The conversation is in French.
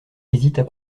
hésitent